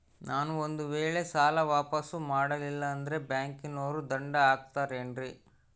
ನಾನು ಒಂದು ವೇಳೆ ಸಾಲ ವಾಪಾಸ್ಸು ಮಾಡಲಿಲ್ಲಂದ್ರೆ ಬ್ಯಾಂಕನೋರು ದಂಡ ಹಾಕತ್ತಾರೇನ್ರಿ?